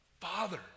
Father